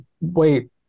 wait